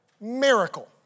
Miracle